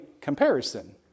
comparison